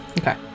okay